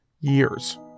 years